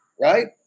right